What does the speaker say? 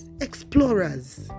explorers